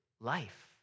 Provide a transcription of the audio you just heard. life